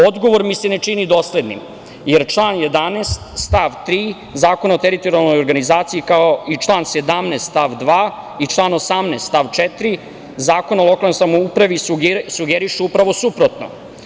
Odgovor mi se ne čini doslednim, jer član 11. stav 3. Zakona o teritorijalnoj organizaciji, kao i član 17. stav 2. i član 18. stav 4. Zakona o lokalnoj samoupravi sugeriše upravo suprotno.